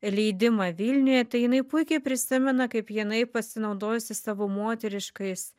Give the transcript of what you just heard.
leidimą vilniuje tai jinai puikiai prisimena kaip jinai pasinaudojusi savo moteriškais